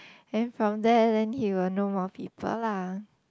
then from there then he will know more people lah